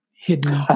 hidden